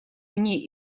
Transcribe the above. мне